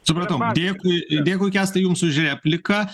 supratau dėkui dėkui kęstai jums už repliką